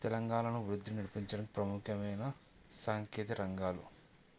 తెలంగాణను వృద్ధి నడిపించడం ప్రముఖమైన సాంకేతిక రంగాలు